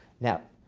now,